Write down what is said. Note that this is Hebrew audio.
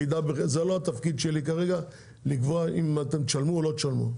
זה לא התפקיד שלי כרגע לקבוע אם אתם תשלמו או לא תשלמו.